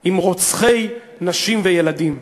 עם רוצחי נשים וילדים.